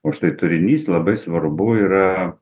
o štai turinys labai svarbu yra